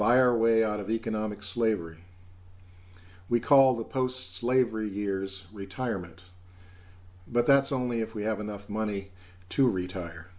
buy our way out of economic slavery we call the post slavery years retirement but that's only if we have enough money to retire